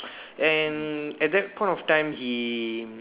and at that point of time he